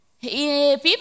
People